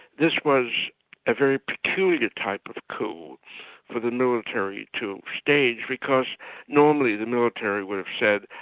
this was a very peculiar type of coup for the military to stage because normally the military would have said,